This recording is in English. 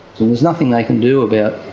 there's nothing they can do about